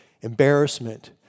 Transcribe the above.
embarrassment